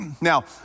Now